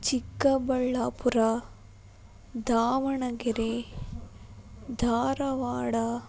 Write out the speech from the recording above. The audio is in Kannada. ಚಿಕ್ಕಬಳ್ಳಾಪುರ ದಾವಣಗೆರೆ ಧಾರವಾಡ